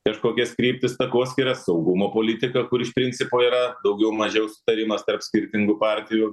kažkokias kryptis takoskyras saugumo politiką kur iš principo yra daugiau mažiau sutarimas tarp skirtingų partijų